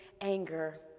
anger